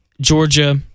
Georgia